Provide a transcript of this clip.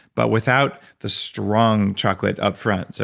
but without the strong chocolate upfront. so